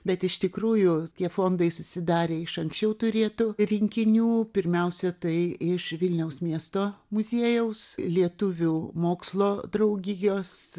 bet iš tikrųjų tie fondai susidarė iš anksčiau turėtų rinkinių pirmiausia tai iš vilniaus miesto muziejaus lietuvių mokslo draugijos